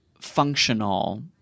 functional